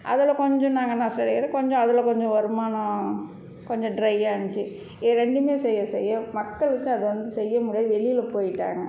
அதில் கொஞ்சம் நாங்கள் நஷ்டம் ஏற ஏற கொஞ்சம் அதில் கொஞ்சம் வருமானம் கொஞ்சம் ட்ரையானுச்சு இது ரெண்டுமே செய்ய செய்ய மக்களுக்கு அது வந்து செய்ய முடியாது வெளியில போயிவிட்டாங்க